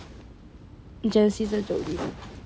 genesis 跟 jolene